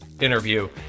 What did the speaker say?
interview